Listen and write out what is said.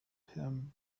him